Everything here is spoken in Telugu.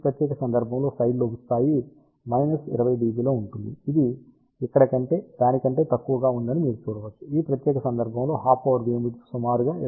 ఈ ప్రత్యేక సందర్భంలో సైడ్ లోబ్ స్థాయి 20 dB లో ఉంటుంది ఇది ఇక్కడ కంటే దాని కంటే తక్కువగా గా ఉందని మీరు చూడవచ్చు ఈ ప్రత్యేక సందర్భంలో హాఫ్ పవర్ బీమ్ విడ్త్ సుమారు 270